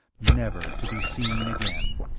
never to be seen again.